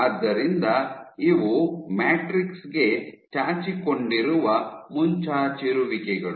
ಆದ್ದರಿಂದ ಇವು ಮ್ಯಾಟ್ರಿಕ್ಸ್ ಗೆ ಚಾಚಿಕೊಂಡಿರುವ ಮುಂಚಾಚಿರುವಿಕೆಗಳು